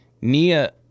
Nia